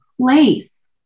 place